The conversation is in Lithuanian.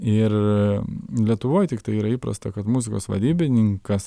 ir lietuvoj tiktai yra įprasta kad muzikos vadybininkas